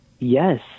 Yes